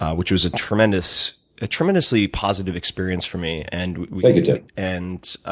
ah which was a tremendously tremendously positive experience for me. and thank you, tim. and